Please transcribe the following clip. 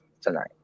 tonight